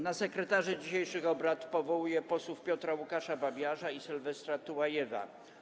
Na sekretarzy dzisiejszych obrad powołuję posłów Piotra Łukasza Babiarza i Sylwestra Tułajewa.